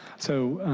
so